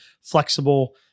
flexible